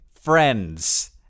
friends